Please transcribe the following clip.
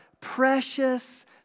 precious